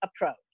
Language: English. approach